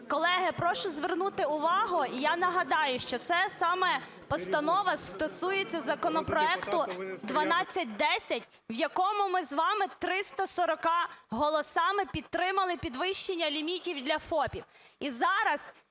Колеги, прошу звернути увагу. Я нагадаю, що це саме постанова стосується законопроекту 1210, в якому ми з вами 340 голосами підтримали підвищення лімітів для ФОПів.